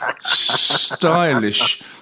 stylish